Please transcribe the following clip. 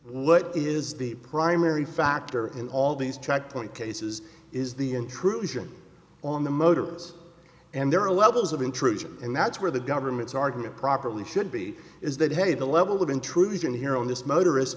what is the primary factor in all these checkpoint cases is the intrusion on the motorists and there are levels of intrusion and that's where the government's argument properly should be is that hey the level of intrusion here on this motorist